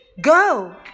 Go